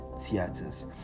theaters